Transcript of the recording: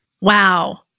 Wow